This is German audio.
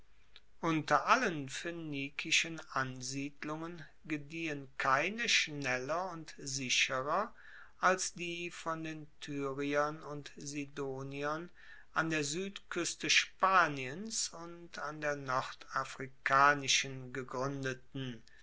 unter allen phoenikischen ansiedlungen gediehen keine schneller und sicherer als die von den tyriern und sidoniern an der suedkueste spaniens und an der nordafrikanischen gegruendeten